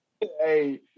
Hey